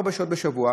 ארבע שעות בשבוע,